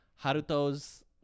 Haruto's